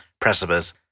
precipice